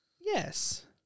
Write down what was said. Yes